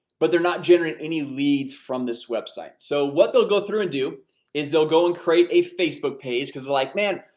but they're not generating any leads from this website. so what they'll go through and do is they'll go and create a facebook page, because they're like, man,